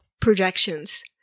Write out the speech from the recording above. projections